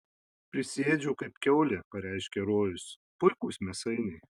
prisiėdžiau kaip kiaulė pareiškė rojus puikūs mėsainiai